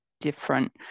different